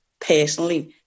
personally